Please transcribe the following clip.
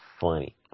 funny